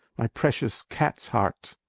my precious cat's heart,